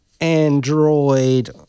android